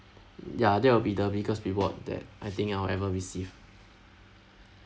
ya that will be the biggest reward that I think I'll ever receive